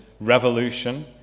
revolution